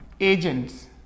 agents